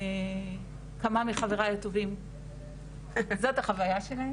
כמה מחבריי הטובים זאת החוויה שלהם